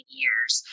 years